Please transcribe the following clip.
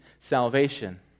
salvation